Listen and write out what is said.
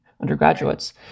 undergraduates